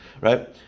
right